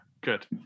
Good